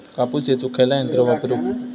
कापूस येचुक खयला यंत्र वापरू?